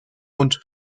und